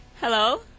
Hello